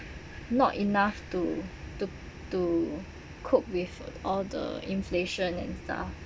not enough to to to cope with all the inflation and stuff